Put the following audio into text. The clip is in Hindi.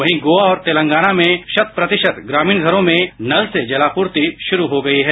वहीं गोवा और तेलंगाना में शत प्रतिशत ग्रामीण घरों में नल से जल आपूर्ति शुरू हो गई है